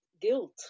guilt